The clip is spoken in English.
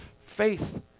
faith